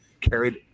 carried